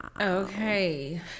Okay